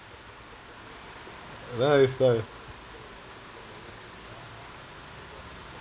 nice then